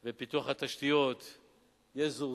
ופיתוח התשתיות יזורזו.